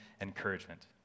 encouragement